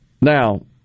Now